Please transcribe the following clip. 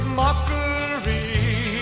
mockery